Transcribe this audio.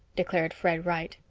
declared fred wright.